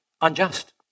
unjust